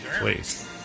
Please